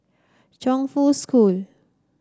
Chongfu School